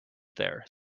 there